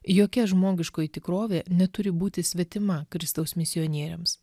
jokia žmogiškoji tikrovė neturi būti svetima kristaus misionieriams